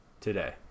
today